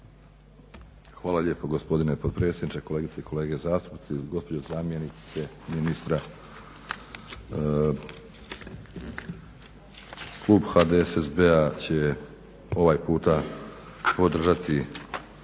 Hvala lijepo gospodine potpredsjedniče, kolegice i kolege zastupnici, gospođo zamjenice ministra. Klub HDSSB-a će ovaj puta podržati